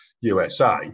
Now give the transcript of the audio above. USA